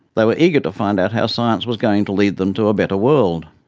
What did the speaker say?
they were eager to find out how science was going to lead them to a better world.